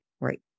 Right